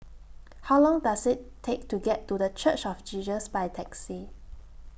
How Long Does IT Take to get to The Church of Jesus By Taxi